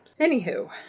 Anywho